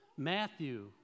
Matthew